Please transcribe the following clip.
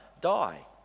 die